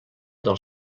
del